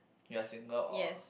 you are single or